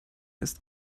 ist